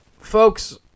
Folks